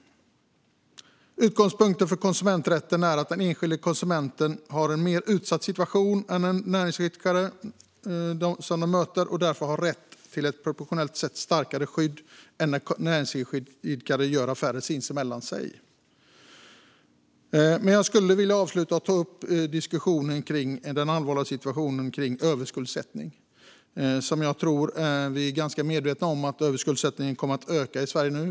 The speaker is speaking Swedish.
Utgångspunkten för konsumenträtten är att enskilda konsumenter har en mer utsatt situation än de näringsidkare som de möter och därför har rätt till ett proportionellt sett starkare skydd än vad som gäller när näringsidkare gör affärer sinsemellan. Jag skulle vilja ta upp diskussionen kring den allvarliga situationen med överskuldsättning. Jag tror att vi är ganska medvetna om att överskuldsättningen kommer att öka i Sverige.